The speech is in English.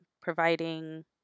providing